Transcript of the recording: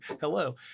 hello